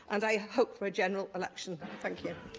and i hope for a general election. thank you.